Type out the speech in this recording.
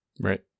right